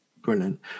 Brilliant